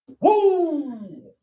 Woo